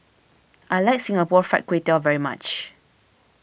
I like Singapore Fried Kway Tiao very much